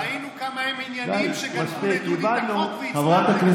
ראינו כמה הם ענייניים כשגנבו לדודי